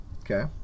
Okay